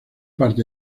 parte